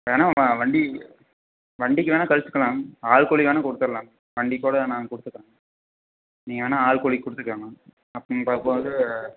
வேணா வண்டி வண்டிக்கு வேணா கழிச்சிக்கலாம் ஆள் கூலி வேணா கொடுத்தரலாம் வண்டிக்கு கூட நான் கொடுத்துக்குறோங்க நீங்கள் வேணா ஆள் கூலி கொடுத்துக்கோங்க